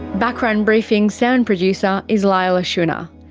background briefing's sound producer is leila shunnar,